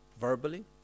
verbally